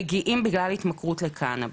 מגיעים בגלל התמכרות לקנאביס.